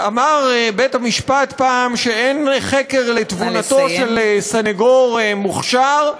אמר בית-המשפט פעם שאין חקר לתבונתו של סנגור מוכשר,